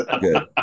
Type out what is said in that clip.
Good